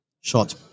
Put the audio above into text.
short